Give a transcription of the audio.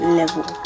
level